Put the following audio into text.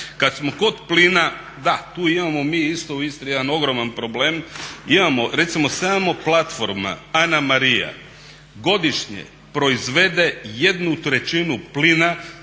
Kad smo kod plina, da tu imamo mi isto u Istri jedan ogroman problem. Imamo recimo samo platforma Anamaria godišnje proizvede jednu trećinu plina